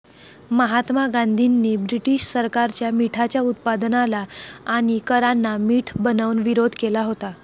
महात्मा गांधींनी ब्रिटीश सरकारच्या मिठाच्या उत्पादनाला आणि करांना मीठ बनवून विरोध केला होता